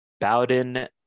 Bowden